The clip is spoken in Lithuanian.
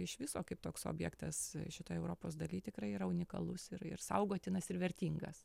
iš viso kaip toks objektas šitoj europos daly tikrai yra unikalus ir ir saugotinas ir vertingas